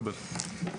מקבל.